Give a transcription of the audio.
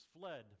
fled